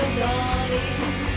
darling